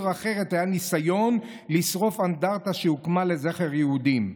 ובעיר אחרת היה ניסיון לשרוף אנדרטה שהוקמה לזכר יהודים.